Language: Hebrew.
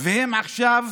והם עכשיו